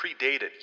predated